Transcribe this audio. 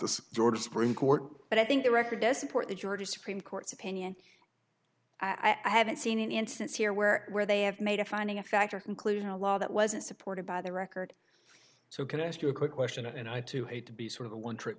court but i think the record does support the georgia supreme court's opinion i haven't seen an instance here where where they have made a finding of fact or conclusion a law that wasn't supported by the record so can i ask you a quick question and i too hate to be sort of a one tri